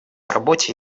работе